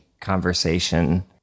conversation